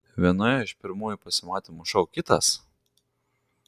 vienoje iš pirmųjų pasimatymų šou kitas